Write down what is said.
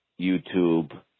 YouTube